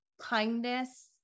kindness